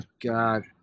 god